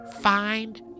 Find